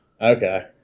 Okay